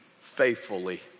faithfully